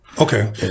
Okay